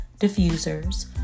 diffusers